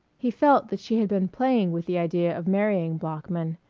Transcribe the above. he felt that she had been playing with the idea of marrying bloeckman,